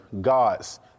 God's